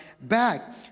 back